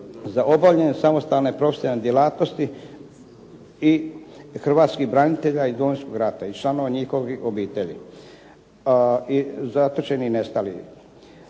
za obavljanje samostalne profesionalne djelatnosti i hrvatskih branitelja iz Domovinskog rata i članova njihovih obitelji, zatočenih i nestalih.